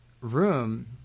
room